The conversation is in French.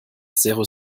zéro